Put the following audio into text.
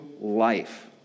life